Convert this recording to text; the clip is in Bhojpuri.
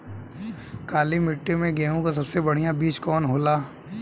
काली मिट्टी में गेहूँक सबसे बढ़िया बीज कवन होला?